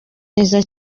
neza